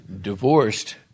divorced